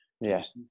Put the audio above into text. yes